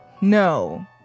No